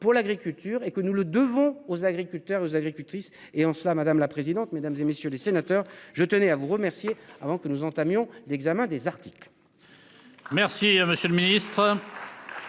pour l'agriculture et que nous le devons aux agriculteurs ou agricultrices et en cela, madame la présidente, mesdames et messieurs les sénateurs, je tenais à vous remercier avant que nous entamions l'examen des articles.